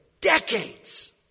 decades